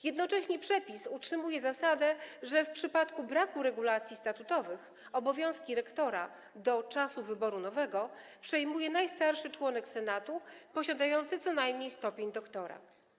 Jednocześnie przepis utrzymuje zasadę, że w przypadku braku regulacji statutowych obowiązki rektora do czasu wyboru nowego przejmuje najstarszy członek senatu, posiadający co najmniej stopień doktora.